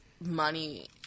money